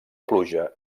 pluja